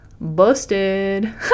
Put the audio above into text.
busted